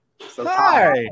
Hi